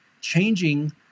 changing